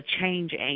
change